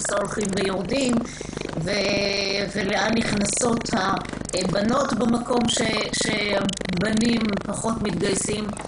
ההולכים וקטנים ולאן נכנסות הבנות במקום שבנים פחות מתגייסים.